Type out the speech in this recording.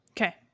Okay